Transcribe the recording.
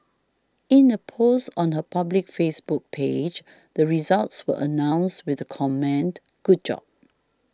in a post on her public Facebook page the results were announced with the comment Good job